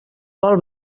vol